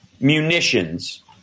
munitions